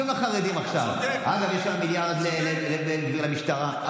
אבל עכשיו לומדים אופק חדש, זה